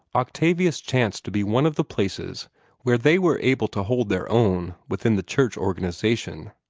octavius chanced to be one of the places where they were able to hold their own within the church organization.